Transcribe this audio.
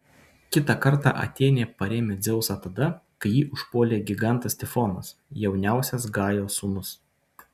kitą kartą atėnė parėmė dzeusą tada kai jį užpuolė gigantas tifonas jauniausias gajos sūnus